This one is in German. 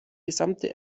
gesamte